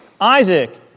Isaac